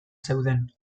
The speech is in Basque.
zeuden